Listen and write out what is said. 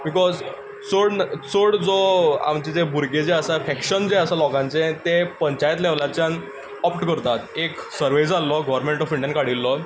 because चड चड जो आमचे भुरगे जे आसा फ्रेक्शन जें आसा लोकांचें तें पंचायत लेव्हलाच्यान ऑप्ट करतात एक सर्वे जाल्लो गव्हर्मेंट ऑफ इंडियान काडिल्लो